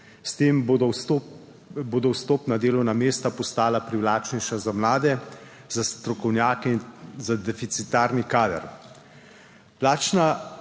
S tem bodo vstopna delovna mesta postala privlačnejša za mlade, za strokovnjake, za deficitarni kader. Plačna